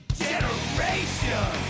generation